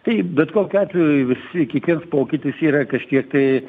tai bet kokiu atveju visi kiekvienas pokytis yra kažkiek tai